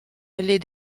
les